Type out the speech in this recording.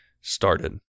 started